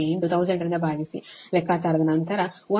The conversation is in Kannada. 0075 150 1000 ರಿಂದ ಭಾಗಿಸಿ ಲೆಕ್ಕಾಚಾರದ ನಂತರ 1